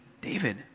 David